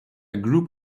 group